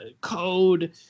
code